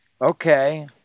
Okay